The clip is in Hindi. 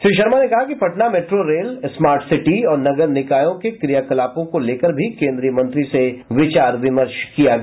श्री शर्मा ने कहा कि Patna metro rail smart city और नगर निकायों के क्रियाकलापों को लेकर भी केन्द्रीय मंत्री से विमर्श किया गया